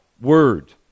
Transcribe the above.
word